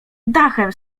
dachem